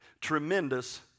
tremendous